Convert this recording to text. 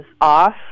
off